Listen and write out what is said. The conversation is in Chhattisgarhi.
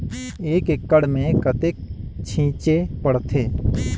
एक एकड़ मे कतेक छीचे पड़थे?